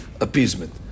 appeasement